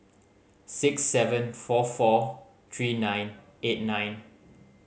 six seven four four three nine eight nine